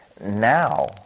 now